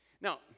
Now